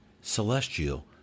Celestial